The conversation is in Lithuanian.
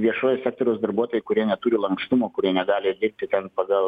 viešojo sektoriaus darbuotojai kurie neturi lankstumo kurie negali dirbti ten pagal